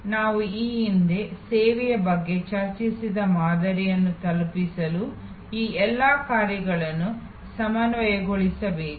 ನಾವು ಈ ಹಿಂದೆ ಸೇವೆಯ ಬಗ್ಗೆ ಚರ್ಚಿಸಿದ ಮಾದರಿಯನ್ನು ತಲುಪಿಸಲು ಆ ಎಲ್ಲಾ ಕಾರ್ಯಗಳನ್ನು ಸಮನ್ವಯಗೊಳಿಸಬೇಕು